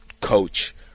coach